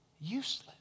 useless